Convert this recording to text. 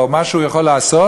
או מה שהוא יכול לעשות,